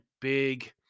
big